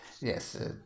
Yes